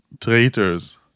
traitors